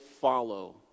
follow